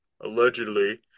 allegedly